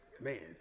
Man